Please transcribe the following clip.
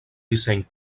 disseny